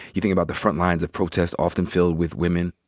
you think about the front lines of protests, often filled with women.